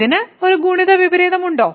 ഇതിന് ഒരു ഗുണിത വിപരീതമുണ്ടോ